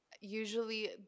usually